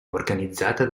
organizzata